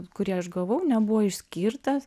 kurį aš gavau nebuvo išskyrtas